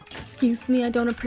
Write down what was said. excuse me, i don't